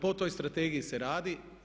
Po toj strategiji se radi.